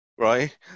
right